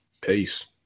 Peace